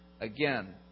again